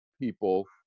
people